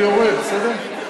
אני יורד, בסדר.